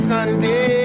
Sunday